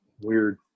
weird